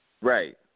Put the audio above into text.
Right